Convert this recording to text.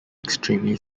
extremely